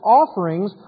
offerings